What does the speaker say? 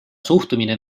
suhtumine